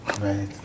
Right